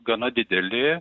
gana dideli